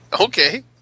Okay